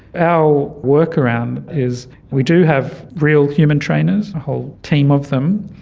our workaround is we do have real human trainers, a whole team of them,